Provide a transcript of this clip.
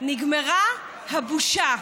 נגמרה הבושה.